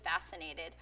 fascinated